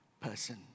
person